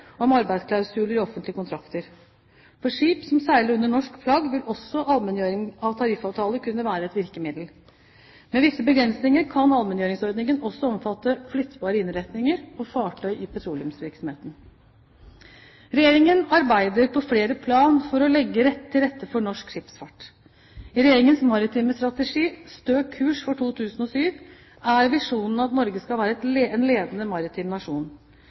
om arbeidsklausuler i offentlige kontrakter. For skip som seiler under norsk flagg, vil også allmenngjøring av tariffavtaler kunne være et virkemiddel. Med visse begrensninger kan allmenngjøringsordningen også omfatte flyttbare innretninger og fartøy i petroleumsvirksomheten. Regjeringen arbeider på flere plan for å legge til rette for norsk skipsfart. I Regjeringens maritime strategi, «Stø kurs» fra 2007, er visjonen at Norge skal være en ledende maritim nasjon.